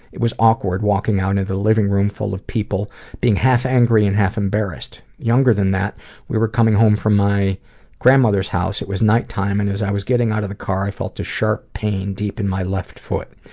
it was awkward walking out to the living room full of people being half angry and half embarrassed. younger than that we were coming home from my grandmother's house it was night-time and as i was getting out of the car i felt a sharp pain deep in my left foot.